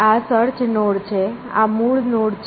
આ search node છે આ મૂળ નોડ છે